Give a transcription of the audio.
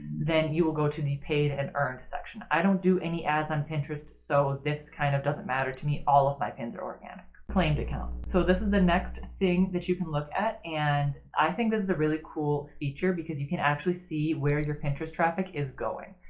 then you will go to the paid paid and earned section. i don't do any ads on pinterest, so this kind of doesn't matter to me, all of my pins are organic. claimed accounts. so this is the next thing that you can look at, and i think this is a really cool feature because you can actually see where your pinterest traffic is going.